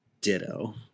ditto